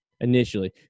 initially